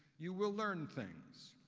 you will learn things,